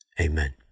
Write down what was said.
Amen